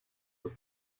was